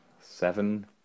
seven